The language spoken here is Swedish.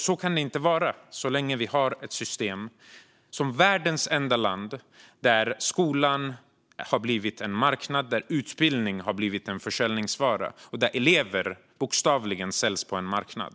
Så kan det inte vara så länge vi som världens enda land har ett system där skolan har blivit en marknad, där utbildning har blivit en försäljningsvara och där elever bokstavligen säljs på en marknad.